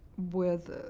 with